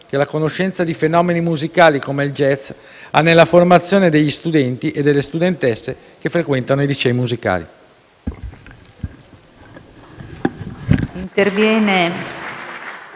che la conoscenza di fenomeni musicali come il jazz ha nella formazione degli studenti e delle studentesse che frequentano i licei musicali.